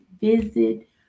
visit